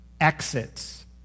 exits